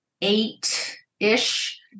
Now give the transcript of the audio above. eight-ish